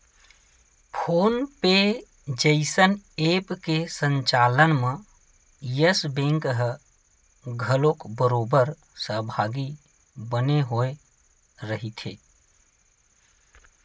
phone पे जइसन app के संचालन म यस बेंक ह घलोक बरोबर सहभागी बने होय रहिथे